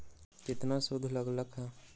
केतना सूद लग लक ह?